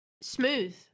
smooth